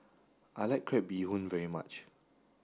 I like Crab Bee Hoon very much